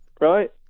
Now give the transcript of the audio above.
right